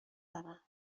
دارن